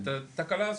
את התקלה הזאת.